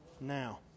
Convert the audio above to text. Now